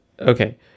Okay